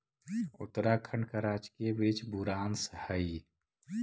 उत्तराखंड का राजकीय वृक्ष बुरांश हई